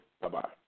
Bye-bye